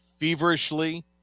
feverishly